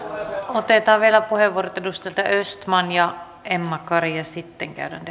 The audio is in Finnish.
otetaan vielä puheenvuorot edustajilta östman ja emma kari ja sitten käydään